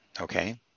Okay